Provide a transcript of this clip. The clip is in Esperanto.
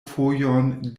fojon